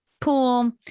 pool